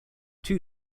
two